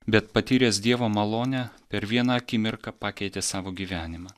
bet patyręs dievo malonę per vieną akimirką pakeitė savo gyvenimą